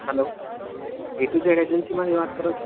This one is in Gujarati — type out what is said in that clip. હલો એ ટુ ઝેડ એજન્સીમાંથી વાત કરો છો